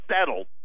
settled